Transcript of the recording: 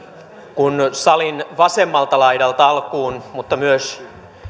kun salin vasemmalta laidalta alkuun mutta myös